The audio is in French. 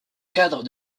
cadre